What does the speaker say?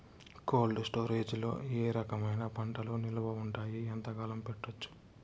Cold storage లో ఏ రకమైన పంటలు నిలువ ఉంటాయి, ఎంతకాలం పెట్టొచ్చు?